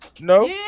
No